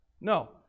No